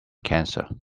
cancer